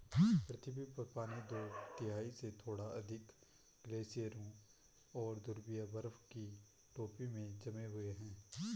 पृथ्वी पर पानी दो तिहाई से थोड़ा अधिक ग्लेशियरों और ध्रुवीय बर्फ की टोपी में जमे हुए है